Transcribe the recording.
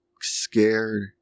scared